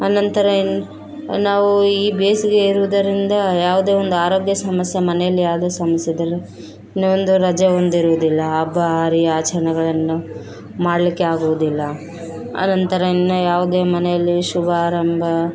ಅನಂತರ ಏನು ನಾವು ಈ ಬೇಸಿಗೆ ಇರುವುದರಿಂದ ಯಾವುದೇ ಒಂದು ಆರೋಗ್ಯ ಸಮಸ್ಯೆ ಮನೆಲ್ಲಿ ಯಾವುದೇ ಸಮಸ್ಯೆ ಇದ್ದರು ನನ್ನದು ರಜೆ ಒಂದು ಇರುವುದಿಲ್ಲ ಹಬ್ಬ ಹರಿ ಆಚರಣೆಗಳನ್ನು ಮಾಡಲ್ಲಿಕ್ಕೆ ಆಗುವುದಿಲ್ಲ ಅನಂತರ ಇನ್ನ ಯಾವುದೇ ಮನೆಯಲ್ಲಿ ಶುಬಾರಂಭ